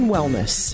Wellness